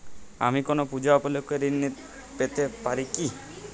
আমি কোনো পূজা উপলক্ষ্যে ঋন পেতে পারি কি?